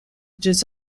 deux